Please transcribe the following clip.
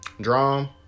Drum